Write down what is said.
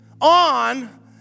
On